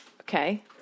Okay